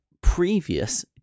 previous